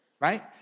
Right